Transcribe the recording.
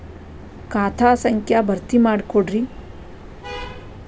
ಖಾತಾ ಸಂಖ್ಯಾ ಭರ್ತಿ ಮಾಡಿಕೊಡ್ರಿ